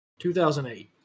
2008